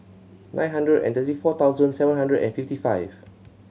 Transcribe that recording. nine three four seven five five